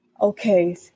okay